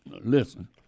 listen